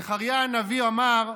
זכריה הנביא אמר: